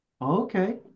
Okay